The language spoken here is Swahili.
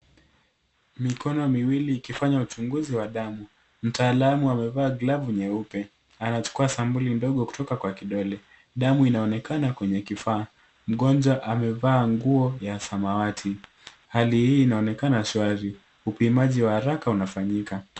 Mikono miwili ikifanya uchunguzi wa damu. Mtaalamu amevaa glavu nyeupe. Anachukua sampuli ndogo kutoka kwa kidole. Damu inaonekana kwenye kifaa. Mgonjwa amevaa nguo ya samawati. Hali hii inaonekana shwari. Upimaji wa haraka unafanyika.